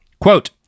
quote